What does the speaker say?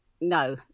no